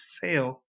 fail